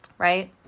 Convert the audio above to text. Right